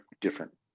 different